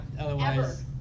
otherwise